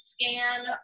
scan